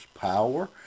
power